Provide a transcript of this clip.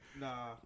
Nah